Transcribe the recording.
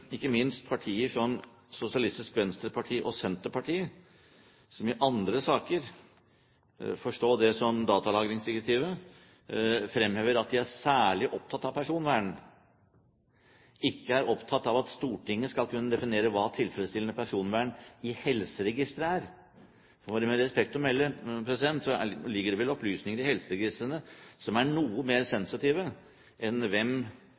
ikke minst partier som Sosialistisk Venstreparti og Senterpartiet, som i andre saker – forstå det som datalagringsdirektivet – fremhever at de er særlig opptatt av personvern, ikke er opptatt av at Stortinget skal kunne definere hva tilfredsstillende personvern i helseregistre er. For med respekt å melde ligger det vel opplysninger i helseregistrene som er noe mer sensitive enn om hvem